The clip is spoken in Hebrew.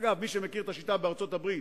אגב, מי שמכיר את השיטה בארצות-הברית